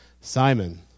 Simon